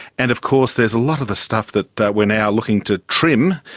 and of course there's a lot of the stuff that that we are now looking to trim,